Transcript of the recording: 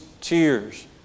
tears